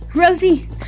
Rosie